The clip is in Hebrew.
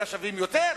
אלא שווים יותר.